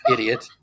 Idiot